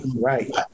right